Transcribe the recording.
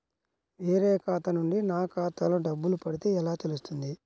వేరే ఖాతా నుండి నా ఖాతాలో డబ్బులు పడితే ఎలా తెలుస్తుంది?